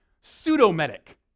pseudo-medic